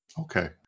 Okay